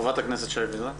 חברת הכנסת הילה וזאן.